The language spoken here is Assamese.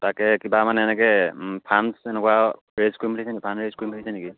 তাকে কিবা মানে এনেকৈ ফাণ্ডছ এনেকুৱা ৰেইজ কৰিম বুলি ভাবিছেনি ফাণ্ড ৰেইজ কৰিম বুলি ভাবিছে নেকি